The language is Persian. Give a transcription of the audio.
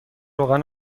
روغن